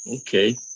okay